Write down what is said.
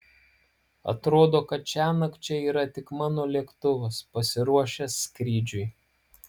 atrodo kad šiąnakt čia yra tik mano lėktuvas pasiruošęs skrydžiui